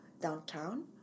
downtown